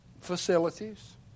facilities